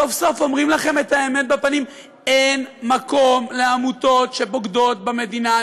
סוף-סוף אומרים לכם את האמת בפנים: אין מקום לעמותות שבוגדות במדינה,